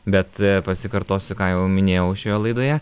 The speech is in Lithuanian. bet pasikartosiu ką jau minėjau šioje laidoje